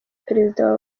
perezida